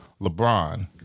LeBron